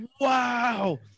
Wow